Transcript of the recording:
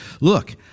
look